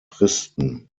fristen